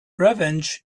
revenge